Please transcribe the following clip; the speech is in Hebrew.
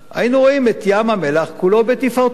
היינו רואים את ים-המלח כולו בתפארתו,